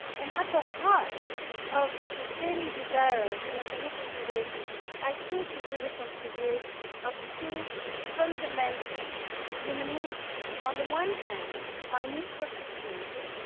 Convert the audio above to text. and at the heart of sustaining desire in a committed relationship, i think, is the reconciliation of two fundamental human needs. on the one hand, our need for security,